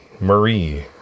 Marie